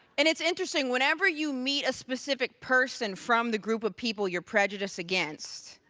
and it's interesting, whenever you meet a specific person from the group of people you're prejudiced against